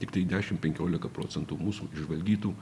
tiktai dešimt penkiolika procentų mūsų išžvalgytų